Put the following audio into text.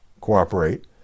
cooperate